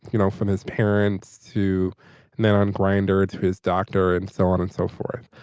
you know from his parents two men on grinder to his doctor and so on and so forth.